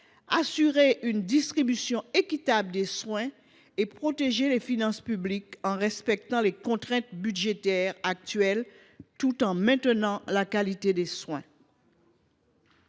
d’assurer une distribution équitable des soins et de protéger les finances publiques en respectant les contraintes budgétaires actuelles, tout en maintenant la qualité des soins.